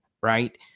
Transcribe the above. right